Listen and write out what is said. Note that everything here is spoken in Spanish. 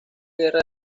guerra